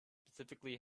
specifically